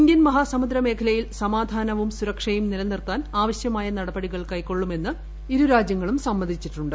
Indian മഹാസമുദ്ര മേഖലയിൽ സമാധാനവും സുരക്ഷയും നിലനിർത്താൻ ആവശ്യമായ നടപടികൾ കൈകൊള്ളുമെന്ന് ഇരു രാജ്യങ്ങളും സമ്മതിച്ചിട്ടുണ്ട്